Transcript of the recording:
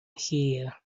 here